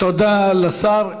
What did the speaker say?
תודה לשר.